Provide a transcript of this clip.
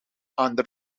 ander